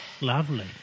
Lovely